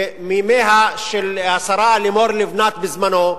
ומימיה של השרה לימור לבנת, בזמנה,